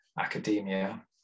academia